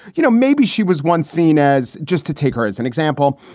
you know, maybe she was once seen as just to take her as an example.